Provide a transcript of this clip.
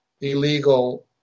illegal